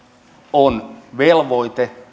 on velvoite